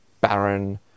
barren